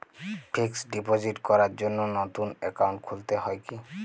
Fix deposit করার জন্য নতুন অ্যাকাউন্ট খুলতে হয় কী?